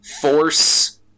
force